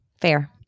Fair